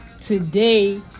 today